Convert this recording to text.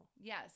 Yes